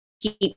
keep